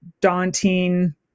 daunting